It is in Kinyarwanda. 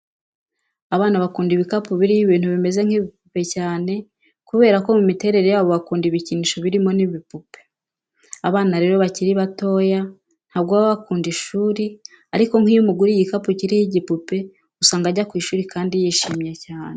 Abana bakunda ibikapu biriho ibintu bimeze nk'ibipupe cyane kubera ko mu miterere yabo bakunda ibikinisho birimo n'ibipupe. Abana rero iyo bakiri batoya ntabwo baba bakunda ishuri ariko nk'iyo umuguriye igikapu kiriho igipupe usanga ajya ku ishuri kandi yishimye cyane.